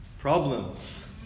problems